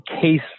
case